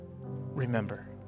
remember